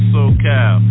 SoCal